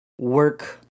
work